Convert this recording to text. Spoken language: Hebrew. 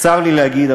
צר לי להגיד,